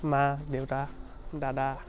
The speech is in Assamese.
মা দেউতা দাদা